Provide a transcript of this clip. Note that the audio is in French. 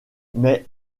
mais